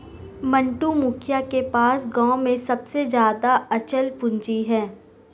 मंटू, मुखिया के पास गांव में सबसे ज्यादा अचल पूंजी है